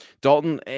Dalton